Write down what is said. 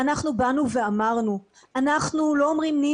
ואנחנו באנו ואמרנו שאנחנו אומרים כן,